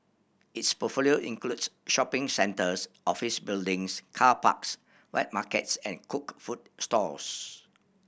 its portfolio includes shopping centres office buildings car parks wet markets and cooked food stalls